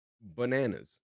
bananas